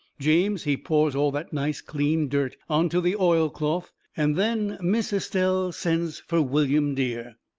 james, he pours all that nice, clean dirt onto the oilcloth and then miss estelle sends fur william dear.